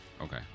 Okay